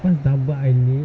what's double eyelid